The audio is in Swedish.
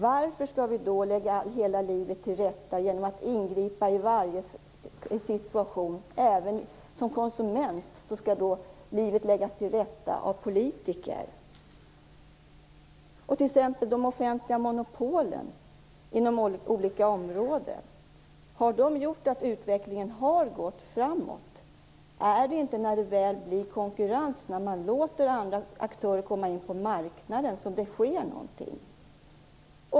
Varför skall vi då lägga livet till rätta genom att ingripa i varje situation? Även som konsument skall livet läggas till rätta av politiker. Har t.ex. de offentliga monopolen på olika områden gjort att utvecklingen har gått framåt? Är det inte när det väl blir konkurrens, när man låter andra aktörer komma in på marknaden, som det sker någonting?